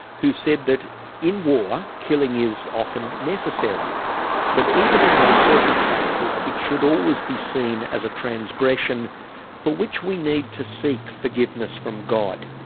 who said that in war killing is often necessary but even in those circumstances it should always be seen as a transgression for which we need to seek forgiveness from god.